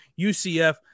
UCF